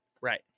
right